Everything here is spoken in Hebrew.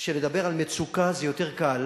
שלדבר על מצוקה זה יותר קל